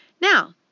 Now